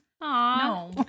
No